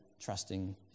trusting